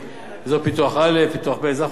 אזור פיתוח א', אזור פיתוח ב' זה החוק החדש,